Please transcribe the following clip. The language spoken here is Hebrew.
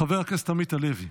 חבר הכנסת עמית הלוי.